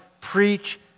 preach